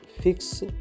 fix